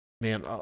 man